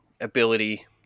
ability